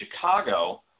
Chicago